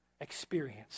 experience